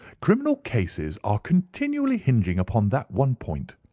criminal cases are continually hinging upon that one point.